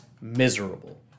miserable